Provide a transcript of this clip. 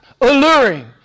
alluring